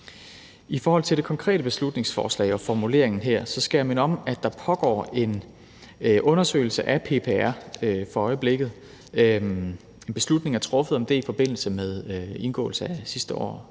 I forhold til det konkrete beslutningsforslag og formuleringen skal jeg minde om, at der pågår en undersøgelse af PPR for øjeblikket. Det er der truffet en beslutning om i forbindelse med indgåelsen af sidste års